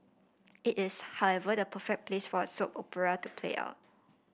it is however the perfect place for a soap opera to play out